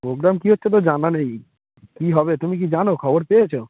programme কী হচ্ছে তো জানা নেই কী হবে তুমি কি জানো খবর পেয়েছো